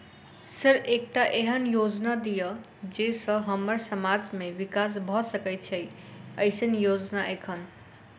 Sir एकटा एहन योजना दिय जै सऽ हम्मर समाज मे विकास भऽ सकै छैय एईसन योजना एखन?